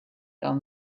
down